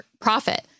profit